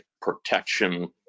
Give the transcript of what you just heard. Protection